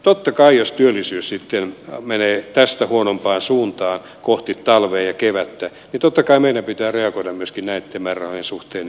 totta kai jos työllisyys ykkönen menee tästä huonompaan suuntaan kohti talvea ja kevättä menee tästä huonompaan suuntaan meidän pitää reagoida myöskin näitten määrärahojen suhteen seuraavissa lisäbudjeteissa